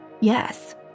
Yes